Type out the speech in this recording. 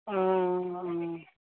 অঁ